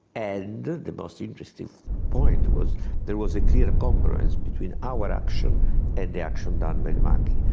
and the the most interesting point was there was a clear congruence between our action and the action done by the monkey.